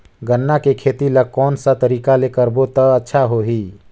गन्ना के खेती ला कोन सा तरीका ले करबो त अच्छा होही?